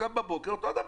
אני קם בבוקר אותו דבר,